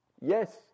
Yes